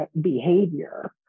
behavior